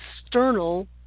external